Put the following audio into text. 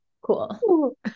Cool